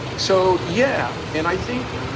so, yeah, and i think,